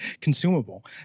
consumable